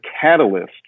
catalyst